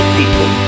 people